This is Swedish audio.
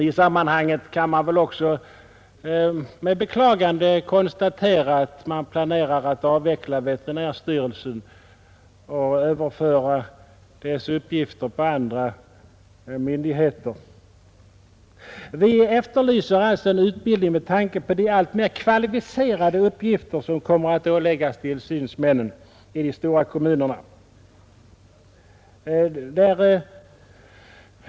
I sammanhanget kan jag väl också med beklagande konstatera att man planerar att avveckla veterinärstyrelsen och överföra dess uppgifter på andra myndigheter. Vi efterlyser alltså en utbildning med tanke på de alltmer kvalificerade uppgifter som kommer att åläggas tillsynsmännen i de stora kommunerna.